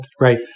Right